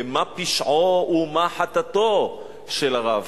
ומה פשעו ומה חטאתו של הרב?